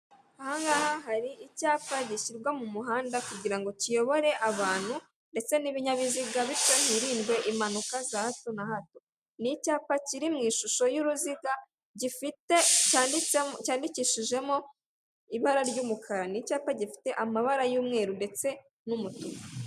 Ahangaha hari icyapa gishyirwa mumuhanda kugira ngo kiyobore abantu ndetse nibinyabiziga bityo hirindwe impanuka za hato na hato, nicyapa kiri mwishusho yuruziga gifite cyandikishijemo ibara ry'umukara nicyapa gifite amabara y'umweru ndetse n'umutuku.